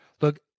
Look